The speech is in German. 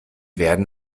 werden